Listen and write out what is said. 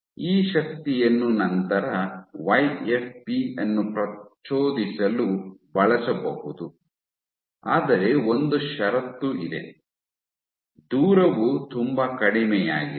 ಈ ಶಕ್ತಿಯನ್ನು ನಂತರ ವೈಎಫ್ಪಿ ಅನ್ನು ಪ್ರಚೋದಿಸಲು ಬಳಸಬಹುದು ಆದರೆ ಒಂದು ಷರತ್ತು ಇದೆ ದೂರವು ತುಂಬಾ ಕಡಿಮೆಯಾಗಿದೆ